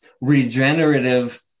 regenerative